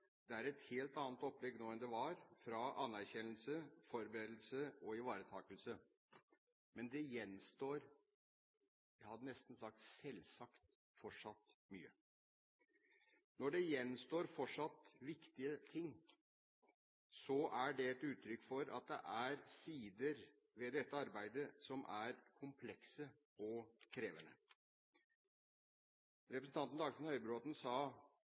Det er et helt annet opplegg nå enn det var, fra anerkjennelse, forberedelse og ivaretakelse. Men det gjenstår – jeg hadde nesten sagt selvsagt – fortsatt mye. Når det gjenstår fortsatt viktige ting, er det et uttrykk for at det er sider ved dette arbeidet som er komplekse og krevende. Representanten Dagfinn Høybråten sa